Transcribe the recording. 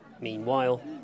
Meanwhile